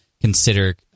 consider